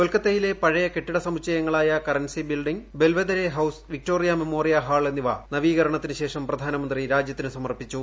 കൊൽക്കത്തിയിലെ പഴയ കെട്ടിട സമുച്ചയങ്ങളായ Currency Building Belvedere House Victoria Memorial Hall എന്നിവ നവീകരണത്തിനു ശേഷം പ്രധാനമന്ത്രി രാജ്യത്തിന് സമർപ്പിച്ചു